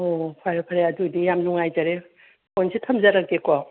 ꯍꯣ ꯍꯣ ꯐꯔꯦ ꯐꯔꯦ ꯑꯗꯨꯏꯗꯤ ꯌꯥꯝ ꯅꯨꯡꯉꯥꯏꯖꯔꯦ ꯐꯣꯟꯁꯦ ꯊꯝꯖꯔꯒꯦꯀꯣ